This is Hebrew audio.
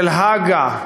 של הג"א,